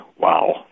Wow